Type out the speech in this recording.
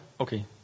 okay